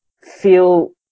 feel